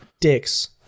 dicks